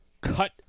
cut